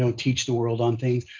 know, teach the world on things.